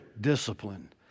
discipline